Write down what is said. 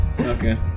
Okay